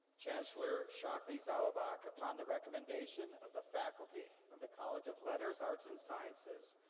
chancellor shockley-zalabak, upon the recommendation of the faculty of the college of letters, arts, and sciences,